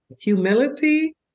humility